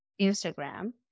Instagram